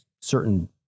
certain